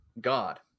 God